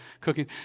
cooking